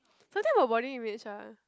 something about body image ah